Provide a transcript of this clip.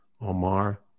Omar